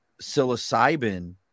psilocybin